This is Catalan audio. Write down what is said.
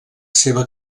seva